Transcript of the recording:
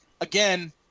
again